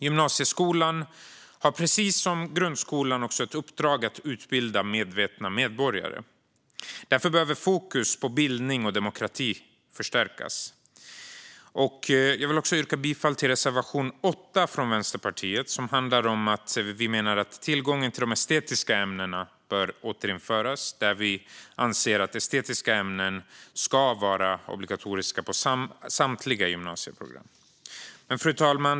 Gymnasieskolan har precis som grundskolan också ett uppdrag att utbilda medvetna medborgare. Därför behöver fokus på bildning och demokrati förstärkas. Jag vill yrka bifall till reservation 8 från Vänsterpartiet som handlar om att tillgången till de estetiska ämnena bör återinföras. Vi anser att estetiska ämnen ska vara obligatoriska på samtliga gymnasieprogram. Fru talman!